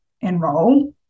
enroll